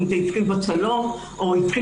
אם זה התחיל בבית המשפט השלום או בבית